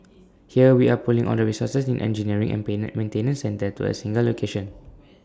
here we are pulling all the resources in engineering and peanut maintenance centre to A single location